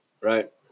Right